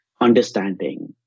understanding